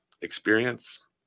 experience